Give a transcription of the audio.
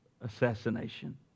assassination